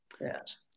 Yes